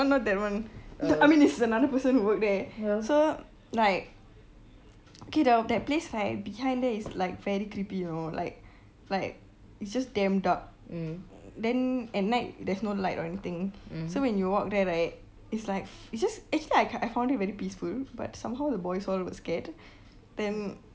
no not that one I mean is another person who work there so like okay that that place right behind there is like very creepy you know like like it's just damn dark then at night there's no light or anything so when you walk there right is like is just actually I ca~ I found it very peaceful somehow the boys all were scared then